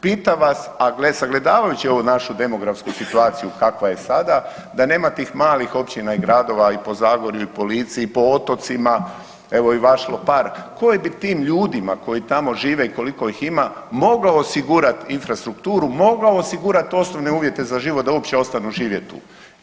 Pitam vas, a gle, sagledavajući ovu našu demografsku situaciju kakva je sada da nema tih malih općina i gradova i po Zagori i po Lici i po otocima, evo i vaš Lopar, koji bi tim ljudima koji tamo žive i koliko ih ima mogao osigurati infrastrukturu, mogao osigurati osnovne uvjete za život, da uopće ostanu živjeti tu?